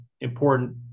important